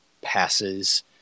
passes